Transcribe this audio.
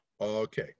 Okay